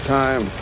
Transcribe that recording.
time